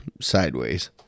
sideways